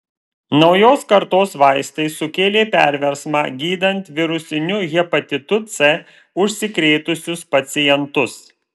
naujos kartos vaistai sukėlė perversmą gydant virusiniu hepatitu c užsikrėtusius pacientus